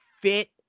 fit